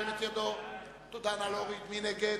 מי נגד?